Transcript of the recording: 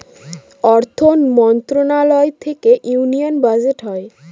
অর্থ মন্ত্রণালয় থেকে ইউনিয়ান বাজেট হয়